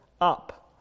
up